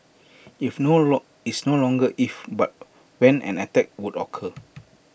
if no long it's no longer if but when an attack would occur